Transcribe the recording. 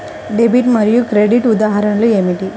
Debit మరియు credit ఉదాహరణలు ఏమిటీ?